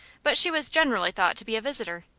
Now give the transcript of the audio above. but she was generally thought to be a visitor,